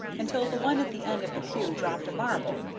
until the one at the end of the pew dropped a marble,